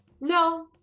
No